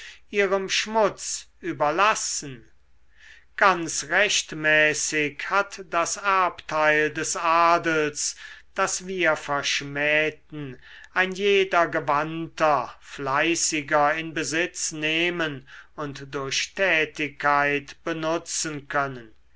ihrem schmutz überlassen ganz rechtmäßig hat das erbteil des adels das wir verschmähten ein jeder gewandter fleißiger in besitz nehmen und durch tätigkeit benutzen können